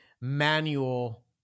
manual